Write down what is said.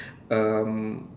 um